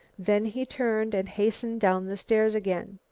then he turned and hastened down the stairs again.